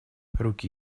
руки